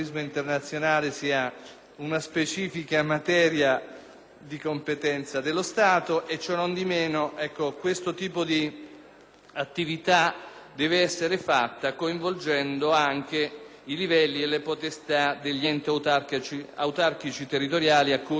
di competenza dello Stato; ciò nondimeno, questo tipo di attività deve essere svolta coinvolgendo anche i livelli e le potestà degli enti autarchici territoriali cui la nostra Costituzione conferisce un potere legislativo, appunto